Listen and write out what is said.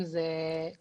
אם זה אקוטי,